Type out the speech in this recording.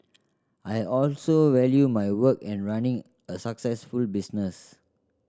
I also value my work and running a successful business